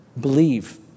believe